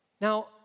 Now